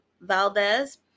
Valdez